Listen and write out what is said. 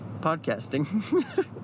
podcasting